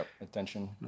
attention